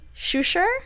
shusher